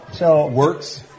works